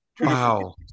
Wow